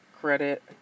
credit